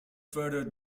further